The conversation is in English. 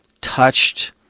touched